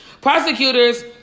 Prosecutors